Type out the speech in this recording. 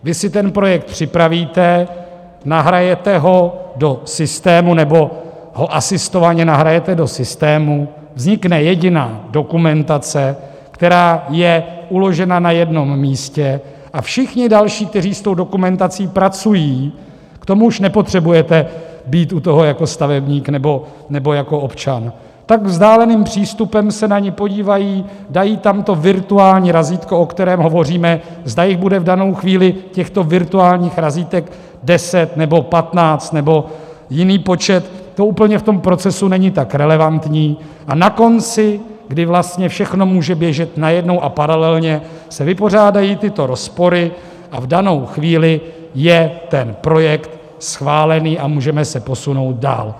Vy si ten projekt připravíte, nahrajete ho do systému nebo ho asistovaně nahrajete do systému, vznikne jediná dokumentace, která je uložena na jednom místě, a všichni další, kteří s tou dokumentací pracují k tomu už nepotřebujete být u toho jako stavebník nebo jako občan tak vzdáleným přístupem se na ni podívají, dají tam to virtuální razítko, o kterém hovoříme, zda jich bude v danou chvíli, těchto virtuálních razítek, 10 nebo 15 nebo jiný počet, to úplně v tom procesu není tak relevantní, a na konci, kdy vlastně všechno může běžet najednou a paralelně, se vypořádají tyto rozpory, v danou chvíli je ten projekt schválený a můžeme se posunout dál.